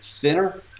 thinner